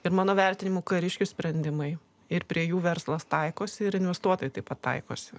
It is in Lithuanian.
ir mano vertinimu kariškių sprendimai ir prie jų verslas taikosi ir investuotojai taip pat taikosi